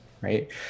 right